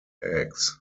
eggs